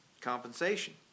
compensation